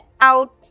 out